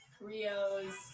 Rio's